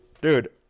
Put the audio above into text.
Dude